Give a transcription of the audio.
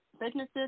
businesses